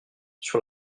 sur